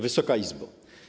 Wysoka Izbo!